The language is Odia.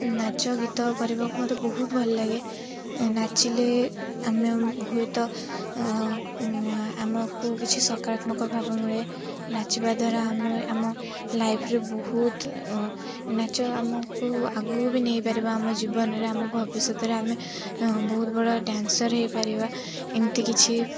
ନାଚ ଗୀତ କରିବାକୁ ମୋତେ ବହୁତ ଭଲ ଲାଗେ ନାଚିଲେ ଆମେ ହୁଏତ ଆମକୁ କିଛି ସକାରାତ୍ମକ ଭାବ ମିଳେ ନାଚିବା ଦ୍ୱାରା ଆମେ ଆମ ଲାଇଫ୍ରେ ବହୁତ ନାଚ ଆମକୁ ଆଗକୁ ବି ନେଇପାରିବା ଆମ ଜୀବନରେ ଆମ ଭବିଷ୍ୟତରେ ଆମେ ବହୁତ ବଡ଼ ଡ୍ୟାନ୍ସର ହେଇପାରିବା ଏମିତି କିଛି